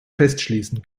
festschließen